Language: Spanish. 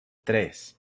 tres